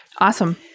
Awesome